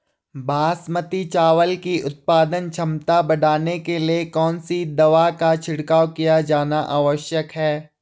बासमती चावल की उत्पादन क्षमता बढ़ाने के लिए कौन सी दवा का छिड़काव किया जाना आवश्यक है?